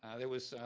ah there was